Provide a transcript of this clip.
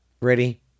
ready